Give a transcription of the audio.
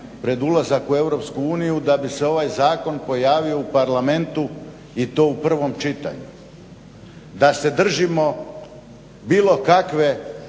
pred ulazak u Europsku uniju da bi se ovaj zakon pojavio u parlamentu i to u prvom čitanju. Da se držimo bilo kakve